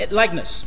likeness